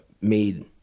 made